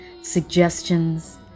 suggestions